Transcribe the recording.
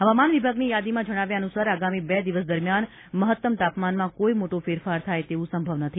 હવામાન વિભાગની યાદીમાં જણાવ્યા અનુસાર આગામી બે દિવસ દરમિયાન મહત્તમ તાપમાનમાં કોઇ મોટો ફેરફાર થાય તેવું સંભવ નથી